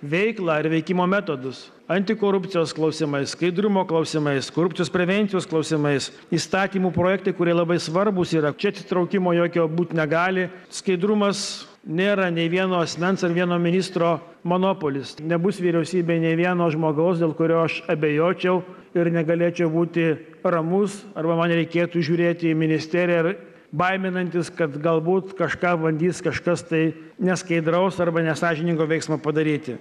veiklą ir veikimo metodus antikorupcijos klausimais skaidrumo klausimais korupcijos prevencijos klausimais įstatymų projektai kurie labai svarbūs yra čia atsitraukimo jokio būt negali skaidrumas nėra nei vieno asmens ar vieno ministro monopolis nebus vyriausybėj nei vieno žmogaus dėl kurio aš abejočiau ir negalėčiau būti ramus arba man reikėtų žiūrėti į ministeriją ir baiminantis kad galbūt kažką bandys kažkas tai neskaidraus arba nesąžiningo veiksmo padaryti